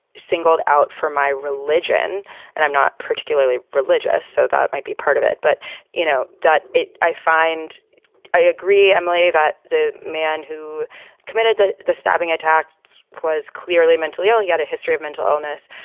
singled out for my religion, and i'm not particularly religious. so that might be part of it. but you know that i find i agree, emily, that the man who committed the the stabbing attack was clearly mentally ill. he had a history of mental illness.